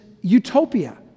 utopia